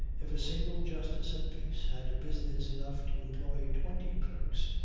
if a single justice of peace had business enough to employ twenty clerks,